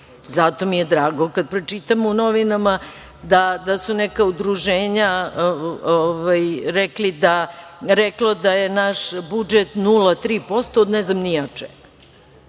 mi je drago kada pročitam u novima da su neka udruženja rekla da je naš budžet 0,3% od ne znam ni ja čega,